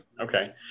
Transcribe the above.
Okay